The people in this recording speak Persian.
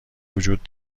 وجود